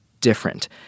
different